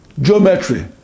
geometry